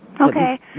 Okay